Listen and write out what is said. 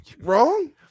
Wrong